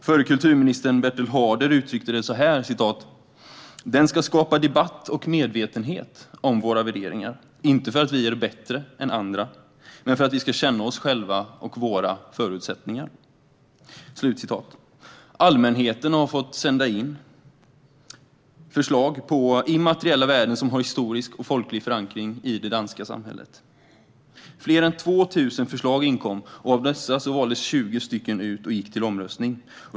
Förre kulturministern Bertel Haarder uttryckte det så här: Den ska skapa debatt och medvetenhet om våra värderingar, inte för att vi är bättre än andra, men för att vi ska känna oss själva och våra förutsättningar. Allmänheten har fått skicka in förslag på immateriella värden som har historisk och folklig förankring i det danska samhället. Fler än 2 000 förslag inkom, och av dessa valdes 20 ut och gick till omröstning.